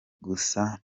gusa